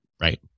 right